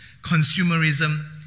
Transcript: consumerism